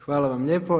Hvala vam lijepo.